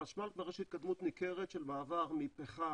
בחשמל כבר יש התקדמות ניכרת של מעבר מפחם